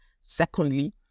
secondly